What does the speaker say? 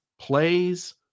plays